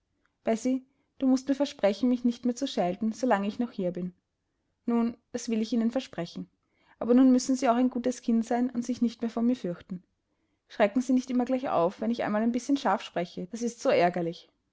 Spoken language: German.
du mußt mir versprechen mich nicht mehr zu schelten so lange ich noch hier bin nun das will ich ihnen versprechen aber nun müssen sie auch ein gutes kind sein und sich nicht mehr vor mir fürchten schrecken sie nicht immer gleich auf wenn ich einmal ein bißchen scharf spreche das ist so ärgerlich